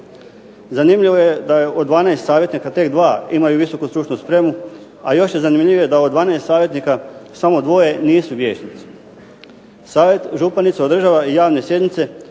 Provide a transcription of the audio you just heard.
Zanimljivo je da je od 12 savjetnika tek 2 imaju visoku stručnu spremu, a još je zanimljivije da od 12 savjetnika samo 2 nisu vijećnici. Savjet županice održava javne sjednice,